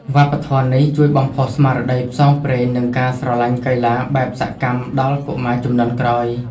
វប្បធម៌នេះជួយបំផុសស្មារតីផ្សងព្រេង និងការស្រឡាញ់កីឡាបែបសកម្មដល់កុមារជំនាន់ក្រោយ។